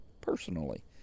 personally